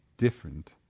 Different